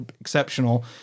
exceptional